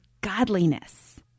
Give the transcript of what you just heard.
godliness